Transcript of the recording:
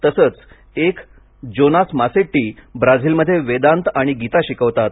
असेच एक Jonas Masetti ब्रझिलमध्ये वेदांत आणि गीता शिकवतात